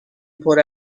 پره